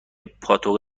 پاتوق